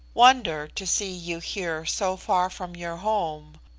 wonder to see you here so far from your home.